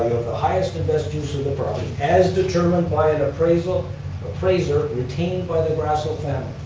of the highest and best use of the product as determined by an appraiser appraiser retained by the grassl family.